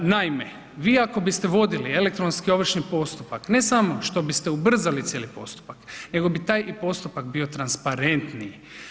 Naime, vi ako biste vodili elektronski ovršni postupak, ne samo što biste ubrzali cijeli postupak nego bi taj i postupak bio transparentniji.